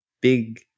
big